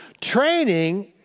Training